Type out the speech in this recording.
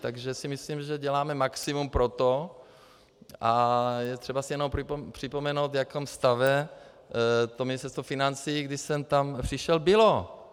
Takže si myslím, že děláme maximum, a je třeba si jenom připomenout, v jakém stavu to Ministerstvo financí, když jsem tam přišel, bylo.